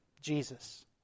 Jesus